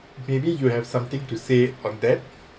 maybe you have something to say on that